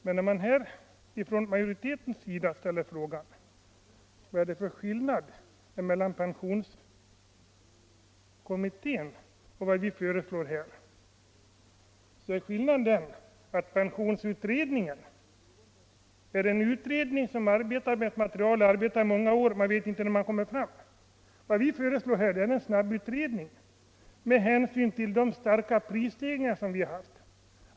Men man ställer här från majoritetens sida frågan: Vad är det för skillnad mellan pensionskommitténs uppdrag och det som vi föreslår? Skillnaden är den att pensionsutredningen har arbetat med detta material i många år. Man vet inte när utredningen blir färdig med sitt arbete. Vad vi föreslår är en snabbundersökning, och det gör vi med hänsyn till de starka prisstegringar som vi har haft.